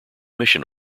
mission